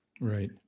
Right